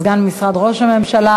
סגן השר במשרד ראש הממשלה,